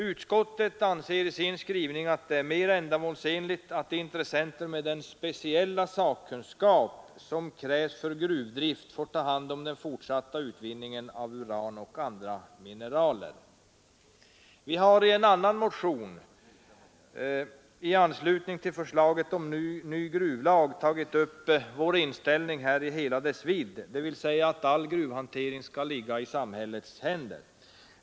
Utskottet anser att det är mer ändamålsenligt att intressenter med den speciella sakkunskap som krävs för gruvdrift får ta hand om den fortsatta utvinningen av uran och andra mineraler. Vi har i en annan motion i anslutning till förslaget om ny gruvlag tagit upp vår inställning i hela dess vidd, dvs. att all gruvhantering skall ligga i samhällets händer.